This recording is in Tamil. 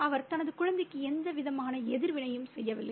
அவர் தனது குழந்தைக்கு எந்த விதமான எதிர்வினையும் செய்யவில்லை